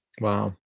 Wow